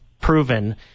proven